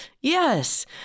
Yes